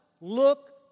look